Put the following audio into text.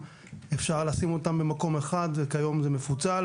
נקרא "מרכז לתמיכה ומידע טלפוני